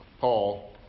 Paul